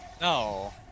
No